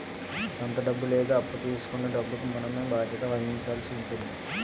సొంత డబ్బు లేదా అప్పు తీసుకొన్న డబ్బుకి మనమే బాధ్యత వహించాల్సి ఉంటుంది